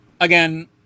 again